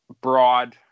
broad